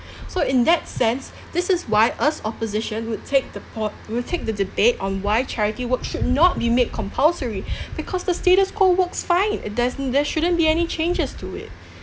so in that sense this is why us opposition would take the po~ will take the debate on why charity work should not be made compulsory because the status quo works fine it doesn't there shouldn't be any changes to it